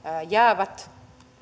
jäävät